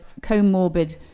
comorbid